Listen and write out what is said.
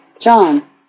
John